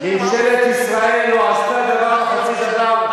אלפי שנים, ממשלת ישראל לא עשתה דבר וחצי דבר.